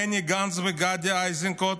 בני גנץ וגדי איזנקוט,